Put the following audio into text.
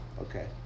Okay